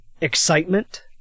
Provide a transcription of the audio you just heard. excitement